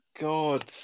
God